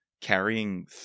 carrying